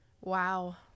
Wow